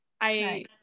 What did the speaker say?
I-